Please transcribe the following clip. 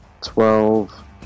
Twelve